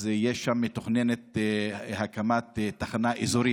מתוכננת שם הקמת תחנה אזורית.